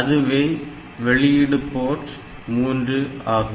அதுவே வெளியீடு போர்ட் 3 ஆகும்